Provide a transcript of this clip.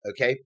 okay